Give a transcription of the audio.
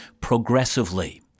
progressively